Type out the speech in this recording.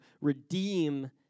redeem